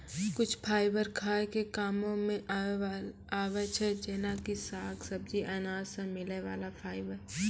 कुछ फाइबर खाय के कामों मॅ आबै छै जेना कि साग, सब्जी, अनाज सॅ मिलै वाला फाइबर